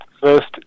first